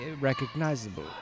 recognizable